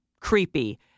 creepy